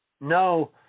No